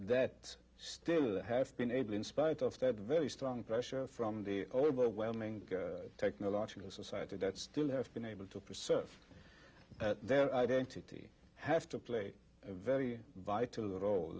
that still have been able in spite of that very strong pressure from the overwhelming technological society that still has been able to preserve their identity have to play a very vital role